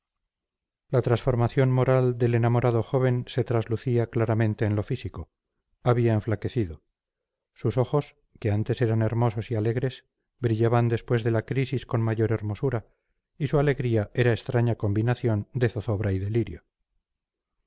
la transformación moral del enamorado joven se traslucía claramente en lo físico había enflaquecido sus ojos que antes eran hermosos y alegres brillaban después de la crisis con mayor hermosura y su alegría era extraña combinación de zozobra y delirio